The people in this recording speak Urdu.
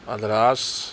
مدراس